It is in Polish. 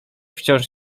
wciąż